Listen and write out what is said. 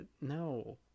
No